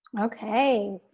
Okay